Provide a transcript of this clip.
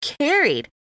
carried